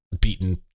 beaten